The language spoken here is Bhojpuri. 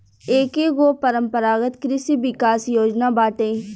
एकेगो परम्परागत कृषि विकास योजना बाटे